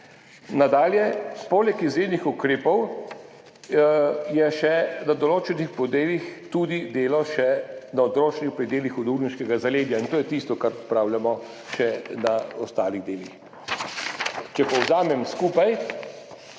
Nadalje. Poleg izrednih ukrepov je na določenih predelih delo tudi še na odročnih predelih hudourniškega zaledja, in to je tisto, kar opravljamo še na ostalih delih. Če povzamem skupaj,